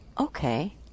okay